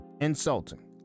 insulting